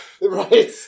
Right